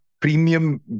premium